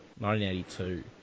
1982